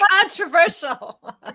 controversial